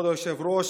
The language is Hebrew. כבוד היושב-ראש,